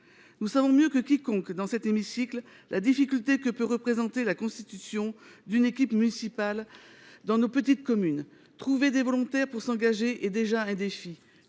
nous savons mieux que quiconque la difficulté que peut représenter la constitution d’une équipe municipale dans nos petites communes. Trouver des volontaires pour s’engager est déjà un défi.